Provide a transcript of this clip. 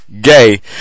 gay